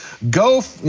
go,